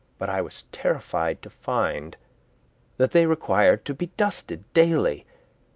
but i was terrified to find that they required to be dusted daily,